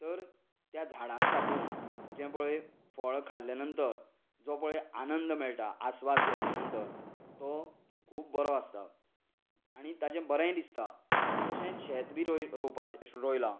तर त्या झाडां साकून जे पळय फळ खाल्लें नंतर जो पळय आनंद मेळटा आस्वाद घेतले नंतर तो खूब बरो आसता आनी ताचे बरेंय दिसता तशेंच शेत बीन रोय रोवपाचे रोयलां